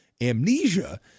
amnesia